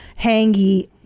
hangy